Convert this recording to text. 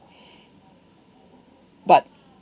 but